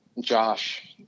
Josh